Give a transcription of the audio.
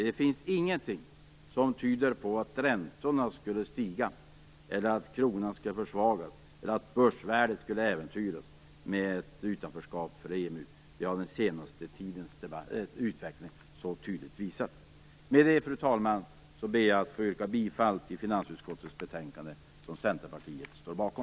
Det finns ingenting som tyder på att räntorna skulle stiga, kronan försvagas eller börsvärdet äventyras med utanförskap. Det har den senaste tidens utveckling tydligt visat. Fru talman! Med detta yrkar jag bifall till finansutskottets hemställan, som Centerpartiet står bakom.